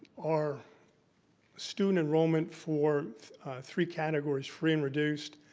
our student enrollment for three categories, free and reduced,